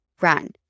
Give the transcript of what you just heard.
run